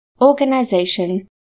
organization